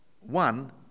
One